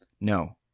No